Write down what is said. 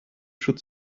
should